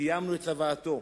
קיימנו את צוואתו,